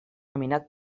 nominat